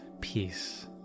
peace